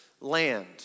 land